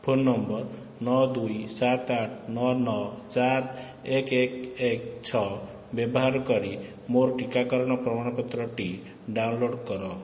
phone ନମ୍ବର ନଅ ଦୁଇ ସାତ ଆଠ ନଅ ନଅ ଚାରି ଏକ ଏକ ଏକ ଛଅ ବ୍ୟବହାର କରି ମୋ'ର ଟିକାକରଣର ପ୍ରମାଣପତ୍ରଟି ଡାଉନଲୋଡ଼୍ କର